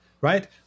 right